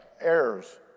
errors